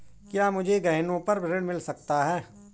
क्या मुझे गहनों पर ऋण मिल सकता है?